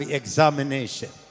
examination